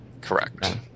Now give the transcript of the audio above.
Correct